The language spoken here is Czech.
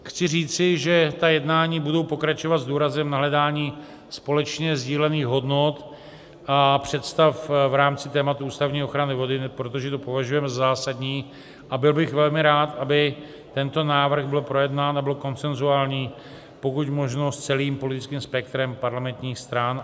Chci říci, že ta jednání budou pokračovat s důrazem na hledání společně sdílených hodnot a představ v rámci tématu ústavní ochrany vody, protože to považujeme za zásadní, a byl bych velmi rád, aby tento návrh byl projednán a byl konsenzuální pokud možno s celým politickým spektrem parlamentních stran.